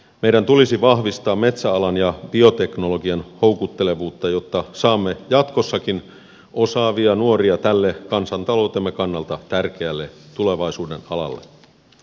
meidän tulisi vahvistaa metsäalan ja bioteknologian houkuttelevuutta jotta saamme jatkossakin osaavia nuoria tälle kansantaloutemme kannalta tärkeälle tulevaisuuden alalle